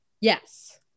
Yes